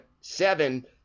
seven